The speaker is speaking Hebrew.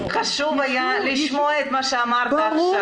לי חשוב היה לשמוע את מה שאמרת עכשיו.